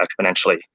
exponentially